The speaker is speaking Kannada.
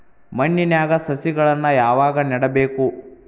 ಮಣ್ಣಿನ್ಯಾಗ್ ಸಸಿಗಳನ್ನ ಯಾವಾಗ ನೆಡಬೇಕು?